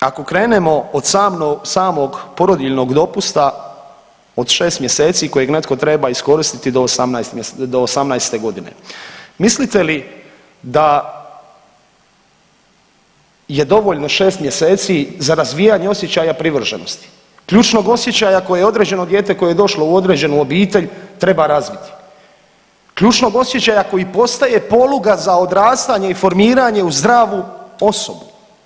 Dakle ako krenemo od samog porodiljnog dopusta od 6 mjeseci kojeg netko treba iskoristiti do 18.g., mislite li da je dovoljno 6 mjeseci za razvijanje osjećaja privrženosti, ključnog osjećaja koje određeno dijete koje je došlo u određenu obitelj treba razviti, ključnog osjećaja koji postaje poluga za odrastanje i formiranje u zdravu osobu.